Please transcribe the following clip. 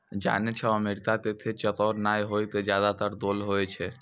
जानै छौ अमेरिका के खेत चौकोर नाय होय कॅ ज्यादातर गोल होय छै